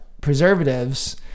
preservatives